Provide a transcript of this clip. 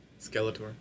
Skeletor